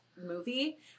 movie